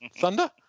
Thunder